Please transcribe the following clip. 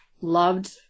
loved